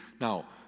Now